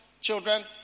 children